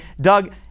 Doug